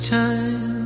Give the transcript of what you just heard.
time